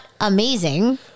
amazing